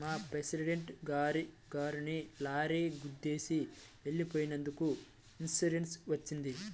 మా ప్రెసిడెంట్ గారి కారుని లారీ గుద్దేసి వెళ్ళిపోయినందుకు ఇన్సూరెన్స్ వచ్చింది